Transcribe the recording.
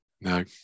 no